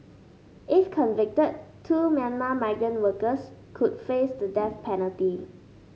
if convicted two Myanmar migrant workers could face the death penalty